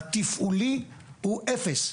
התפעולי, הוא אפס.